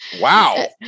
Wow